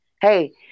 hey